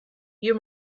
you